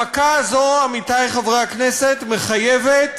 המכה הזאת, עמיתי חברי הכנסת, מחייבת